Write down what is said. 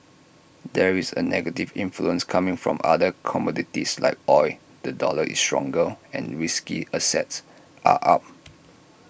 there is A negative influence coming from other commodities like oil the dollar is stronger and risky assets are up